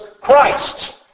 Christ